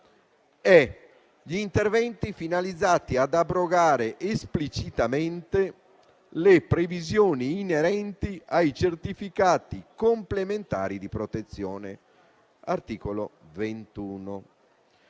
gli interventi finalizzati ad abrogare esplicitamente le previsioni inerenti ai certificati complementari di protezione (articolo 21).